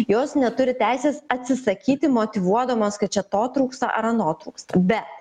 jos neturi teisės atsisakyti motyvuodamos kad čia to trūksta ar ano trūksta bet